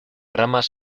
ramas